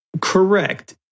Correct